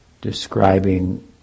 describing